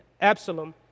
Absalom